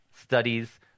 Studies